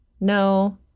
No